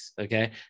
okay